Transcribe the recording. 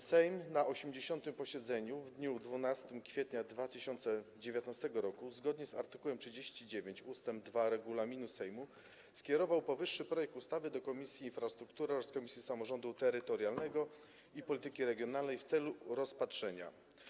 Sejm na 80. posiedzeniu w dniu 12 kwietnia 2019 r. zgodnie z art. 39 ust. 2 regulaminu Sejmu skierował powyższy projekt ustawy do Komisji Infrastruktury oraz Komisji Samorządu Terytorialnego i Polityki Regionalnej w celu rozpatrzenia.